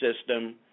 system